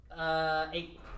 Eight